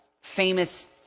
famous